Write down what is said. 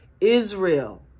Israel